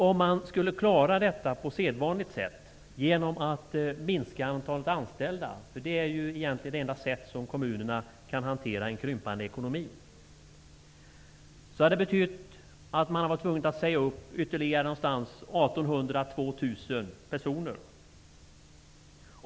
Om man skulle klara detta på sedvanligt sätt, dvs. genom att minska antalet anställda, vilket är det enda sättet för kommunerna att hantera en krympande ekonomi, skulle det betyda att kommunerna tvingades säga upp ytterligare 1 800-- 2 000 personer.